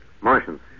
Martians